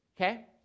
Okay